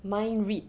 mind read